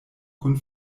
kun